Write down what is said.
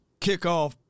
kickoff